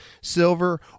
silver